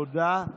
תודה.